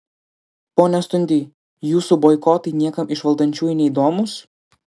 pone stundy jūsų boikotai niekam iš valdančiųjų neįdomūs